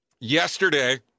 yesterday